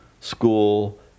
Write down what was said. School